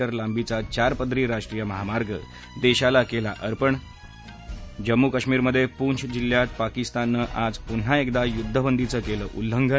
उे लांबीचा चारपदरी राष्ट्रीय महामार्ग दशिला केला अर्पण जम्मू कश्मिरमधे पूंछ जिल्ह्यात पाकिस्ताननं आज पुन्हा एकदा युध्दबंदीचं केलं उल्लंघन